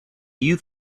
you